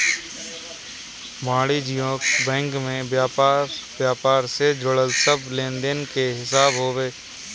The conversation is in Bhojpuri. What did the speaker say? वाणिज्यिक बैंक में व्यापार व्यापार से जुड़ल सब लेनदेन के हिसाब होत हवे